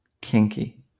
kinky